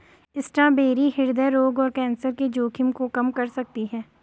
strawberry हृदय रोग और कैंसर के जोखिम को कम कर सकती है